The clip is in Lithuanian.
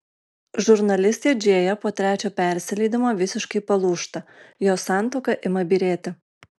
žurnalistė džėja po trečio persileidimo visiškai palūžta jos santuoka ima byrėti